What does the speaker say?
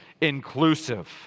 inclusive